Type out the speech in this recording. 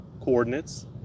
coordinates